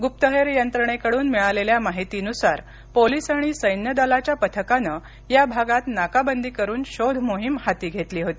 गुप्तहेर यंत्रणेकडून मिळालेल्या माहितीनुसार पोलिस आणि सैन्यदलाच्या पथकानं या भागात नाकाबंदी करुन शोधमोहीम हाती घेतली होती